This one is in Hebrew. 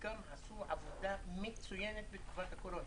שחלקן עשו עבודה מצוינת בתקופת הקורונה.